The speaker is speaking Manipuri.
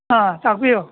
ꯑꯥ ꯇꯥꯛꯄꯤꯌꯨ